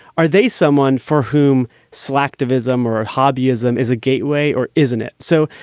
are they someone for whom slacktivism or hobby ism is a gateway or isn't it? so,